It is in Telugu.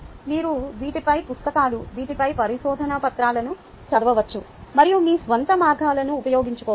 మీరు వీటిపై పుస్తకాలు వీటిపై పరిశోధన పత్రాలను చదవవచ్చు మరియు మీ స్వంత మార్గాలను ఉపయోగించుకోవచ్చు